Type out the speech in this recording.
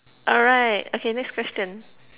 alright okay next question